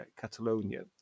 Catalonia